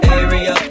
area